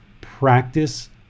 practice